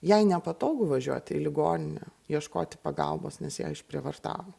jai nepatogu važiuoti į ligoninę ieškoti pagalbos nes ją išprievartavo